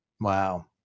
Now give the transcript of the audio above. Wow